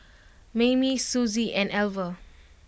Maymie Suzy and Alver